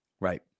Right